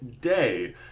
day